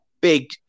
big